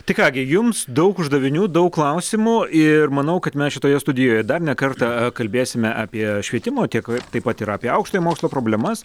tai ką gi jums daug uždavinių daug klausimų ir manau kad mes šitoje studijoje dar ne kartą kalbėsime apie švietimo tiek taip pat ir apie aukštojo mokslo problemas